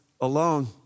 alone